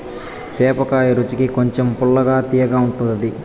సేపకాయ రుచికి కొంచెం పుల్లగా, తియ్యగా ఉంటాది